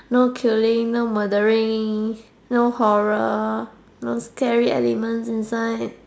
no killing no murdering no horror no scary elements inside